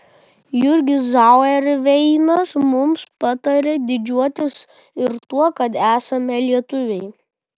jurgis zauerveinas mums patarė didžiuotis ir tuo kad esame lietuviai